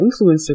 influencer